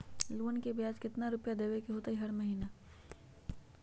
Loan के ब्याज कितना रुपैया देबे के होतइ हर महिना?